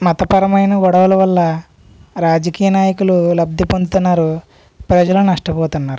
మతపరమైన గొడవల వల్ల రాజకీయ నాయకులు లబ్ది పొందుతున్నారు ప్రజలు నష్టపోతున్నారు